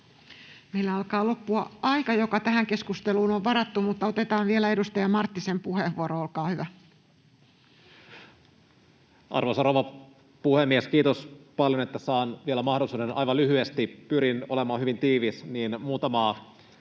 Meillä alkaa loppua aika, joka tähän keskusteluun on varattu. — Mutta otetaan vielä edustaja Marttisen puheenvuoro, olkaa hyvä. Arvoisa rouva puhemies! Kiitos paljon, että saan vielä mahdollisuuden aivan lyhyesti — pyrin olemaan hyvin tiivis — kommentoida